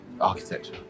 Architecture